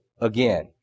again